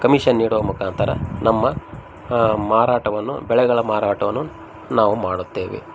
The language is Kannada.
ಕಮಿಷನ್ ನೀಡುವ ಮುಖಾಂತರ ನಮ್ಮ ಮಾರಾಟವನ್ನು ಬೆಳೆಗಳ ಮಾರಾಟವನ್ನು ನಾವು ಮಾಡುತ್ತೇವೆ